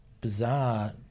bizarre